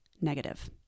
negative